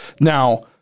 Now